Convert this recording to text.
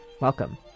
Welcome